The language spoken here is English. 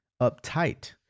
uptight